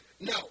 No